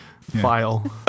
file